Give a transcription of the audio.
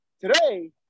today